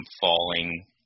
falling